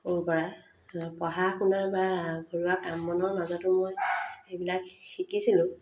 সৰুৰপৰা পঢ়া শুনা বা ঘৰুৱা কাম বনৰ মাজতো মই এইবিলাক শিকিছিলোঁ